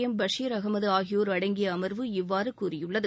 எம்பஷீர் அஹமது ஆகியோர் அடங்கிய அமர்வு இவ்வாறு கூறியுள்ளது